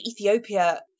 Ethiopia